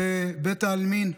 בבית העלמין.